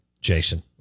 Jason